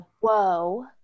whoa